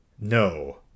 No